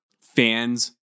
Fans